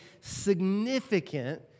significant